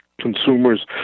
consumers